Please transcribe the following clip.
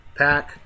pack